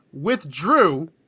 withdrew